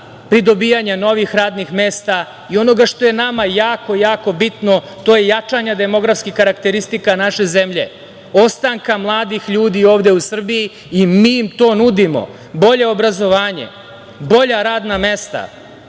pridobijanja novih radnih mesta i onoga što je nama jako, jako bitno, to je jačanja demografskih karakteristika naše zemlje, ostanka mladih ljudi ovde u Srbiji. Mi im to nudimo, bolje obrazovanje, bolja radna mesta. Mi